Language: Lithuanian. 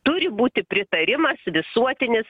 turi būti pritarimas visuotinis